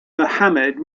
mohamed